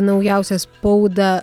naujausias spaudą